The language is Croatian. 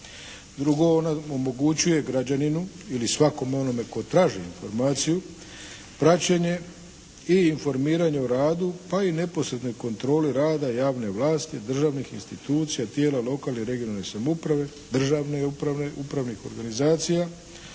Drugo, ona omogućuje građaninu ili svakome onome tko traži informaciju praćenje i informiranje o radu, pa i neposrednoj kontroli rada javne vlasti, državnih institucija, tijela lokalne i regionalne samouprave, državne uprave, upravnih organizacija